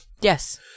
Yes